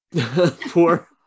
poor